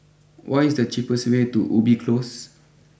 what is the cheapest way to Ubi close